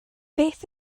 beth